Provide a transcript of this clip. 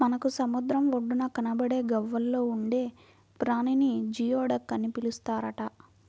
మనకు సముద్రం ఒడ్డున కనబడే గవ్వల్లో ఉండే ప్రాణిని జియోడక్ అని పిలుస్తారట